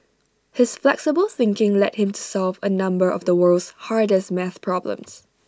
his flexible thinking led him to solve A number of the world's hardest maths problems